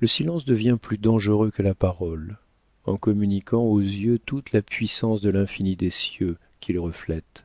le silence devient plus dangereux que la parole en communiquant aux yeux toute la puissance de l'infini des cieux qu'ils reflètent